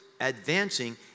advancing